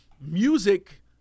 music